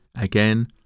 again